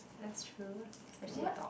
that's true especially a dog